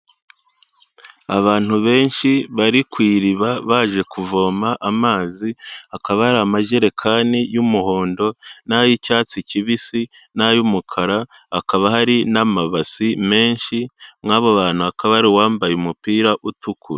Abantu benshi bari ku iriba baje kuvoma amazi, hakaba hari amajerekani y'umuhondo n'ay'icyatsi kibisi, n'ay'umukara, hakaba hari n'amabasi menshi, muri abo bantu hakaba hari uwambaye umupira utukura.